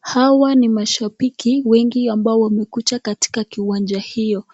Hawa ni mashambiki wengi ambao wamekuja katika kiwanja hiyo,